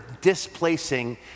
displacing